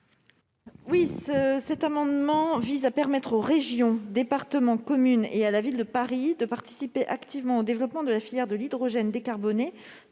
Cet amendement vise à permettre aux régions, départements, communes et à la Ville de Paris de participer activement au développement de la filière de l'hydrogène décarboné,